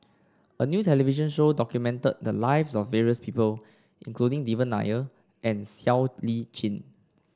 a new television show documented the lives of various people including Devan Nair and Siow Lee Chin